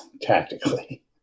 tactically